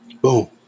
Boom